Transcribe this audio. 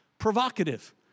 provocative